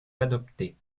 adopter